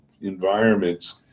environments